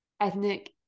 ethnic